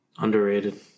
Underrated